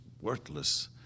worthless